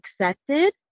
Accepted